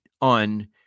on